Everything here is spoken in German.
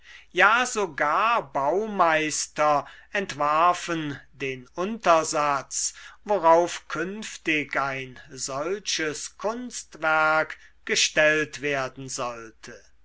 ja sogar baumeister entwarfen den untersatz worauf künftig ein solches kunstwerk gestellt werden sollte